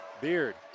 Beard